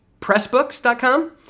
Pressbooks.com